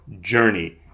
journey